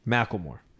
Macklemore